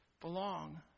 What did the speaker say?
belong